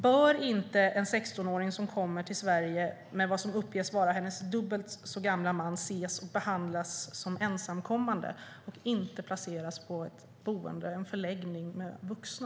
Bör inte en 16-åring som kommer till Sverige med vad som uppges vara hennes dubbelt så gamla man ses och behandlas som ensamkommande och inte placeras på ett boende, en förläggning, med vuxna?